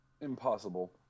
Impossible